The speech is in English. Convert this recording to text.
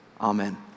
Amen